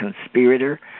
conspirator